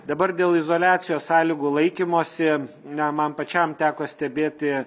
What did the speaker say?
dabar dėl izoliacijos sąlygų laikymosi na man pačiam teko stebėti